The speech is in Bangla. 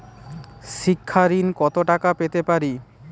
শিক্ষা ঋণ কত টাকা পেতে পারি?